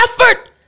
effort